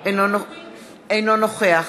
אינו נוכח